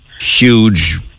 huge